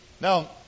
Now